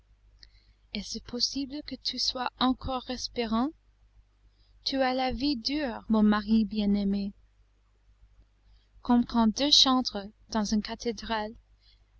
est-ce possible que tu sois encore respirant tu as la vie dure mon mari bien-aimé comme quand deux chantres dans une cathédrale